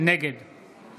נגד